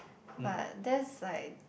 but that's like